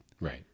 Right